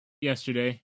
yesterday